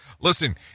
Listen